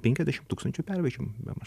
penkiasdešim tūkstančių pervežimų bemaž